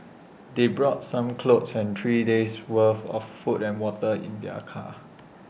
they brought some clothes and three days' worth of food and water in their car